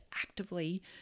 actively